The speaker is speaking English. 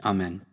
Amen